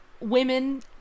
women